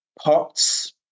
POTS